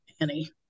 Annie